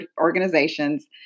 organizations